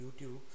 YouTube